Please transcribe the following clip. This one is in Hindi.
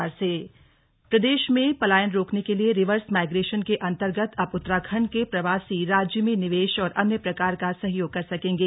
मंथन कार्यक्रम प्रदेश में पलायन रोकने के लिये रिवर्स माईग्रेशन के अंतर्गत अब उत्तराखण्ड के प्रवासी राज्य में निवेश और अन्य प्रकार का सहयोग कर सकेंगे